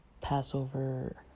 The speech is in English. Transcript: Passover